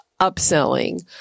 upselling